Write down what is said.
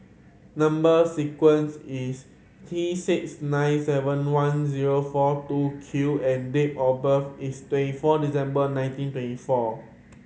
number sequence is T six nine seven one zero four two Q and date of birth is twenty four December nineteen twenty four